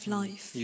life